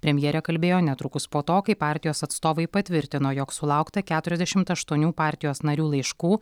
premjerė kalbėjo netrukus po to kai partijos atstovai patvirtino jog sulaukta keturiasdešimt aštuonių partijos narių laiškų